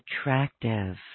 attractive